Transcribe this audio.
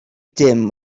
dim